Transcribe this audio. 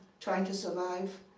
trying to survive.